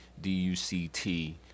d-u-c-t